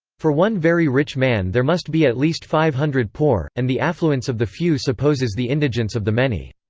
for one very rich man there must be at least five hundred poor, and the affluence of the few supposes the indigence of the many.